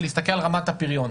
וזה להסתכל על רמת הפריון.